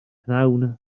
pnawn